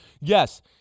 yes –